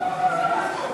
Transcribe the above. די, ענת, נמאסתם.